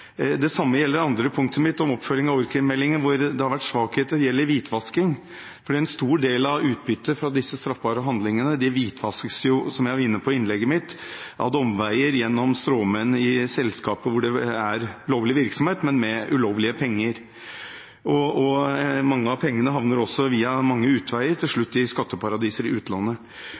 Det samme gjelder det andre punktet mitt om oppfølging av org.krim-meldingen, hvor det har vært svakheter hva gjelder hvitvasking. En stor del av utbyttet fra disse straffbare handlingene hvitvaskes jo – som jeg var inne på i innlegget mitt – ad omveier gjennom stråmenn i selskaper hvor det er lovlig virksomhet, men med ulovlige penger. Mange av pengene havner også via mange utveier til slutt i skatteparadiser i utlandet.